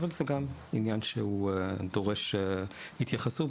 אבל זה גם עניין שדורש התייחסות,